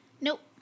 Nope